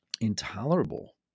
intolerable